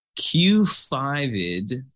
Q5ID